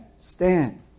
Stand